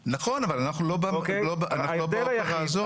נכון, אבל אנחנו לא באופרה הזו.